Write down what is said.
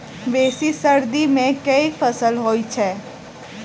बेसी सर्दी मे केँ फसल होइ छै?